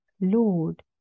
Lord